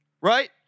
Right